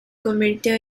convirtió